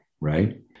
Right